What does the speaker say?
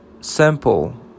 simple